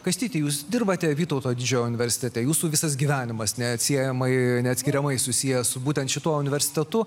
kastyti jūs dirbate vytauto didžiojo universitete jūsų visas gyvenimas neatsiejamai neatskiriamai susiję su būtent šituo universitetu